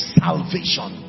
salvation